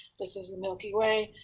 this is the milky way,